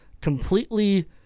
completely